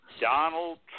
Donald